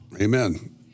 Amen